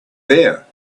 there